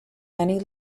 many